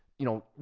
you know,